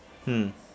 mm